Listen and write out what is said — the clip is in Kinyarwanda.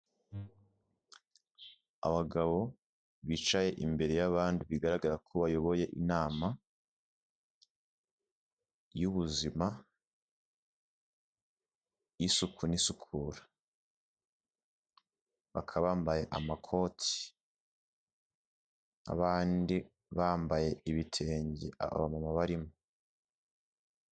Abagabo bicaye imbere y'abandi bigaragara ko bayoboye inama y'ubuzima, y'isuku n'isukura. Bakaba bambaye amakoti, abandi bambaye ibitenge, abamama barimo.